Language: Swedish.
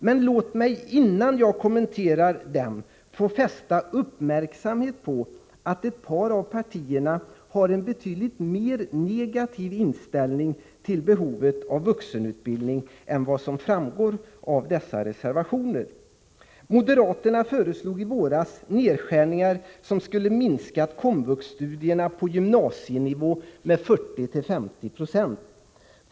Men låt mig innan jag kommenterar dem få fästa uppmärksamheten på att ett par av partierna har en betydligt mer negativ inställning till behovet av vuxenutbildning än vad som framgår av dessa reservationer. Moderaterna föreslog i våras nedskärningar som skulle ha minskat komvuxstudierna på gymnasienivå med 40-50 20.